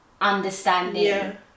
understanding